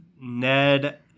Ned